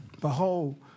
behold